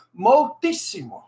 moltissimo